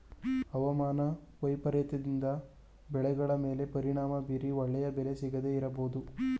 ಅವಮಾನ ವೈಪರೀತ್ಯದಿಂದ ಬೆಳೆಗಳ ಮೇಲೆ ಪರಿಣಾಮ ಬೀರಿ ಒಳ್ಳೆಯ ಬೆಲೆ ಸಿಗದೇ ಇರಬೋದು